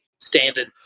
standard